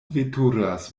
veturas